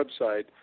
website